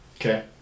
Okay